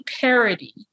parody